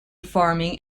farming